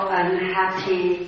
unhappy